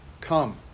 come